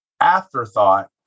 afterthought